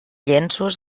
llenços